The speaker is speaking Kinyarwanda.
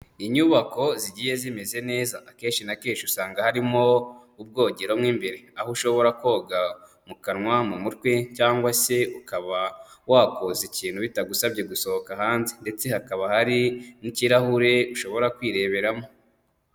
Inyubako zigiye zimeze neza, akenshi na kenshi usanga harimo ubwogero mo imbere aho ushobora koga mu kanwa, mu mutwe cyangwa se ukaba wakoza ikintu bitagusabye gusohoka hanze ndetse hakaba hari n'ikirahure ushobora kwireberamo.